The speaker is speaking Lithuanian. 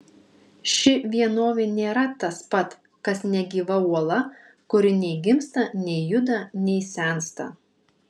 ši vienovė nėra tas pat kas negyva uola kuri nei gimsta nei juda nei sensta